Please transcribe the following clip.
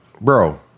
bro